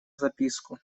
записку